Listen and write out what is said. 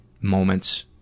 moments